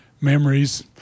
memories